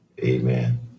Amen